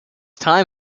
time